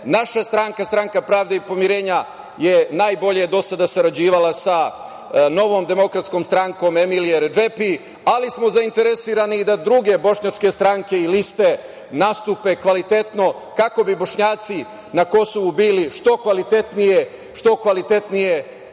Naša stranka, Stranka pravde i pomirenja je najbolje do sada sarađivala sa Novom demokratskom strankom Emilije Redžepi, ali smo zainteresovani i da druge bošnjačke stranke i liste nastupe kvalitetno kako bi Bošnjaci na Kosovu bili što kvalitetnije predstavljani. Nemojte